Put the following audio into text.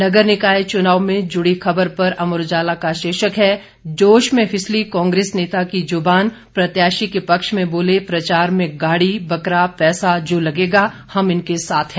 नगर निकाय चुनाव से जुड़ी खबर पर अमर उजाला का शीर्षक है जोश में फिसली कांग्रेस नेता की जुबान प्रत्याशी के पक्ष में बोले प्रचार में गाड़ी बकरा पैसा जो लगेगाहम इनके साथ हैं